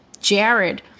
Jared